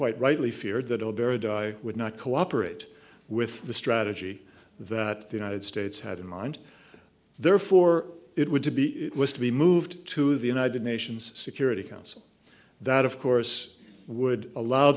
quite rightly feared that all buried i would not cooperate with the strategy that the united states had in mind therefore it would to be it was to be moved to the united nations security council that of course would allow